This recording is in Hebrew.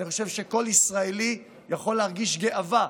אני חושב שכל ישראלי יכול להרגיש גאווה